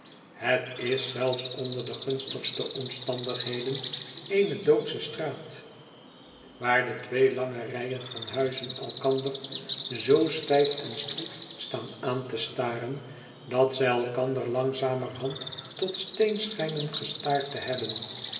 het is zelfs onder de gunstigste omstandigheden eene doodsche straat waar de twee lange rijen van huizen elkander zoo stijf en stroef staan aan te staren dat zij elkander langzamerhand tot steen schijnen gestaard te hebben